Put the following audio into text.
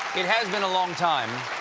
it has been a long time,